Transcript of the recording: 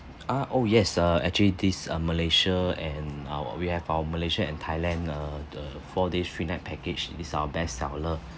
uh oh yes err actually this uh malaysia and our we have our malaysia and thailand err the four days three night package it's our best seller